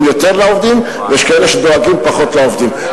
יותר לעובדים ויש כאלה שדואגים פחות לעובדים.